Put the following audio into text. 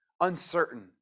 uncertain